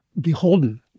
beholden